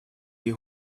die